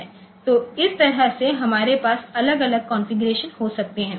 तो इस तरह से हमारे पास अलग अलग कॉन्फ़िगरेशन हो सकते हैं